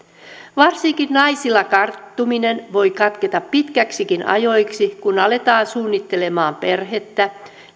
varsinkin naisilla karttuminen voi katketa pitkiksikin ajoiksi kun aletaan suunnittelemaan perhettä